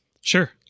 Sure